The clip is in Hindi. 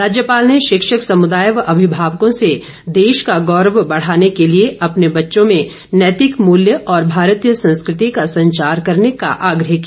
राज्यपाल ने शिक्षक समुदाय व अभिमावकों से देश का गौरव बढ़ाने के लिए अपने बच्चों में नैतिक मूल्य और भारतीय संस्कृति का संचार करने का आग्रह किया